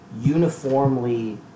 uniformly